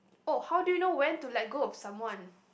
oh how do you know when to let go of someone